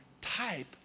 type